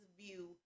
view